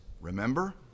remember